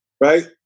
Right